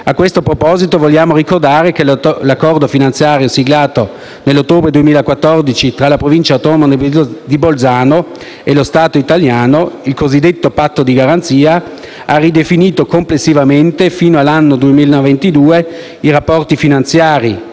A questo proposito, vogliamo ricordare che l'accordo finanziario siglato nell'ottobre 2014 tra la Provincia autonoma di Bolzano e lo Stato italiano, il cosiddetto Patto di garanzia, ha ridefinito complessivamente, fino al 2022, i rapporti finanziari